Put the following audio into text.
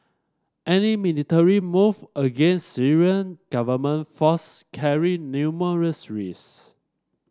any military move against Syrian government force carry numerous risk